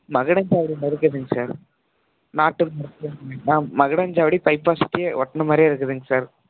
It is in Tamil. மகுடஞ்சாவடியில் இருக்குதுங்க சார் நாட்டு ஆ மகுடஞ்சாவடி பைப்பாஸ் கீழே ஒட்டின மாதிரியே இருக்குதுங்க சார்